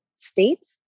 states